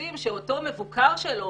רוצים שאותו מבוקר שלו